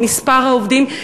עם מספר העובדים,